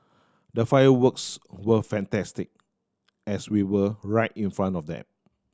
the fireworks were fantastic as we were right in front of them